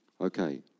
Okay